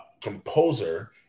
composer